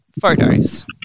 photos